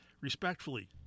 Respectfully